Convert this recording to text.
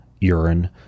urine